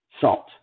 salt